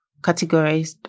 categorized